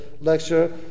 lecture